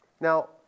Now